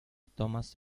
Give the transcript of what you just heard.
thomas